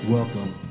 Welcome